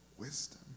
wisdom